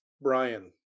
Brian